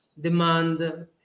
demand